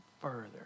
further